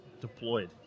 deployed